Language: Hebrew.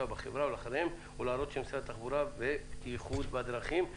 בחברה ולאחריהם לאנשי משרד התחבורה והבטיחות בדרכים.